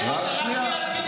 אנחנו מייצגים את הציבור.